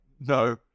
no